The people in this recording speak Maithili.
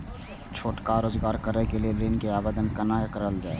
छोटका रोजगार करैक लेल ऋण के आवेदन केना करल जाय?